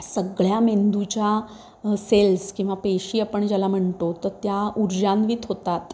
सगळ्या मेंदूच्या सेल्स किंवा पेशी आपण ज्याला म्हणतो तर त्या ऊर्जान्वित होतात